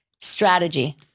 Strategy